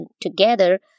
together